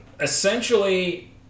Essentially